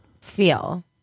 feel